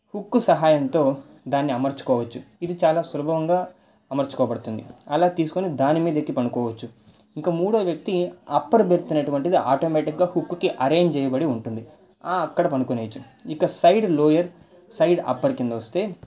hook సహాయంతో దాన్ని అమర్చుకోవచ్చు ఇది చాలా సులభవంగా అమర్చుకోబడుతుంది అలా తీసుకొని దానిమీదెక్కి పడుకోవచ్చు ఇక మూడో వ్యక్తి అప్పర్ బర్త్ అనేది ఆటోమెట్టిగా హుక్కుకి అరేంజ్ చేయబడి ఉంటుంది అక్కడ పడుకునేయొచ్చు ఇక సైడ్ లోయర్ సైడు అప్పర్ కింద వస్తే